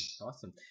Awesome